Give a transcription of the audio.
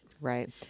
Right